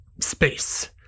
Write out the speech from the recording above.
space